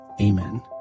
amen